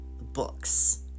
books